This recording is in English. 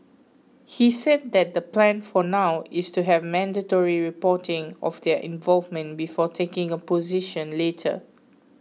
he said that the plan for now is to have mandatory reporting of their involvement before taking a position later